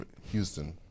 Houston